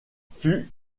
fut